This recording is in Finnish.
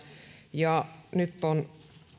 ja nyt on